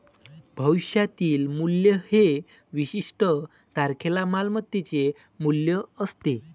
भविष्यातील मूल्य हे विशिष्ट तारखेला मालमत्तेचे मूल्य असते